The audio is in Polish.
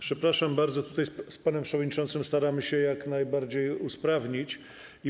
Przepraszam bardzo, ale tutaj z panem przewodniczącym staramy się jak najbardziej usprawnić proces.